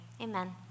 Amen